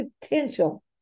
potential